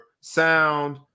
sound